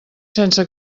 sense